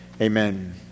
Amen